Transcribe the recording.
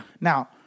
Now